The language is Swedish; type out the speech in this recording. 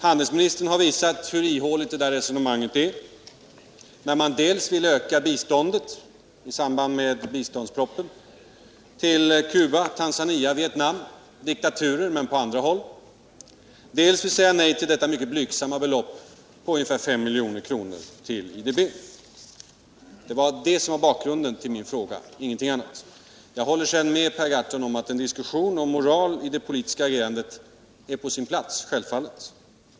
Handelsministern har visat hur ihåligt det resonemanget är när man dels ville öka biståndet till Cuba, Tanzania och Vietnam — diktaturer på andra håll —. dels vill säga nej till detta mycket blygsamma belopp på ungefär 5 amerikanska utvecklingsbanken milj.kr. till IDB. Det var bakgrunden till min fråga, ingenting annat. Jag håller sedan med Per Gahrton om att en diskussion om moral i det politiska agerandet självfallet är på sin plats.